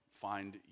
find